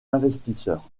investisseurs